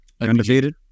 undefeated